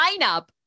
lineup